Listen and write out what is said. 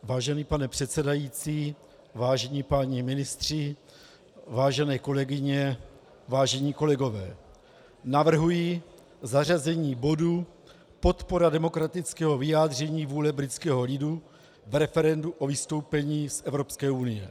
Vážený pane předsedající, vážení páni ministři, vážené kolegyně, vážení kolegové, navrhuji zařazení bodu podpora demokratického vyjádření vůle britského lidu v referendu o vystoupení z Evropské unie.